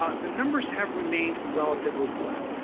ah the numbers have remained relatively flat.